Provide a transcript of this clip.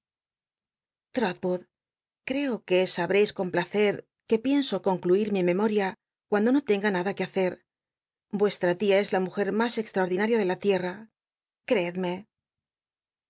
wood creo que sais con placcl que pienso concluir mi ilfemoria cuando no tenga nada que hacer vuestra tia es la m mas extraol'dina ria de la tierra